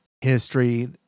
history